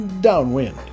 downwind